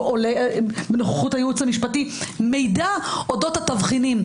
בנוכחות הייעוץ המשפטי מידע אודות התבחינים,